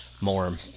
more